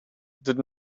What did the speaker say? did